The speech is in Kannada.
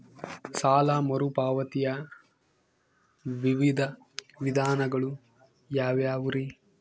ಸಾಲ ಮರುಪಾವತಿಯ ವಿವಿಧ ವಿಧಾನಗಳು ಯಾವ್ಯಾವುರಿ?